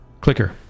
Clicker